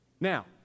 Now